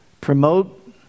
Promote